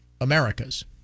America's